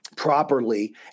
properly